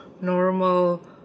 normal